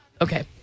Okay